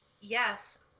Yes